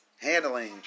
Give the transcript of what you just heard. handling